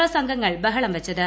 S അംഗങ്ങൾ ബഹളം വച്ചത്